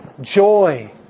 joy